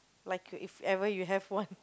like you if ever you have one